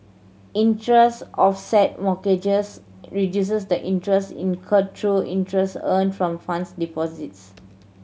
interest offset mortgages reduces the interest incurred through interest earned from funds deposits